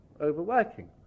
overworking